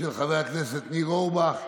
של חבר הכנסת ניר אורבך,